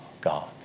God